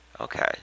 Okay